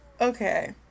okay